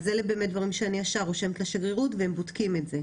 אז אלה באמת דברים שאני ישר כותבת עליהם לשגרירות והם בודקים את זה.